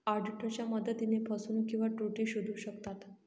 ऑडिटरच्या मदतीने फसवणूक किंवा त्रुटी शोधू शकतात